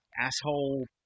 asshole